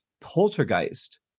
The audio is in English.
poltergeist